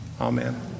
Amen